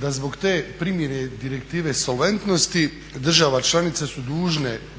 Da zbog te primjene Direktive solventnosti države članice su